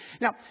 Now